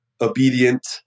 obedient